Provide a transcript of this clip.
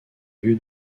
lieu